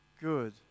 good